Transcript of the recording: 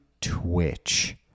twitch